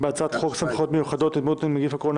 בהצעת חוק סמכויות מיוחדות להתמודדות עם נגיף הקורונה